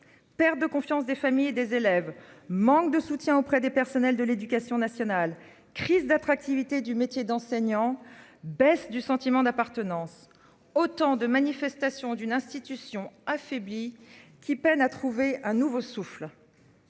Perte de confiance des familles et des élèves, manque de soutien auprès des personnels de l'Éducation nationale. Crise d'attractivité du métier d'enseignant. Baisse du sentiment d'appartenance. Autant de manifestations d'une institution affaiblie qui peinent à trouver un nouveau souffle.